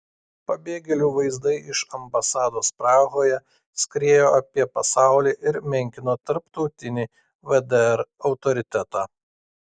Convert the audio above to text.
pabėgėlių vaizdai iš ambasados prahoje skriejo apie pasaulį ir menkino tarptautinį vdr autoritetą